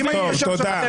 אני אביא לך עכשיו בטלפון.